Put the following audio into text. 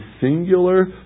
singular